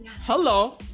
hello